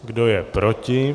Kdo je proti?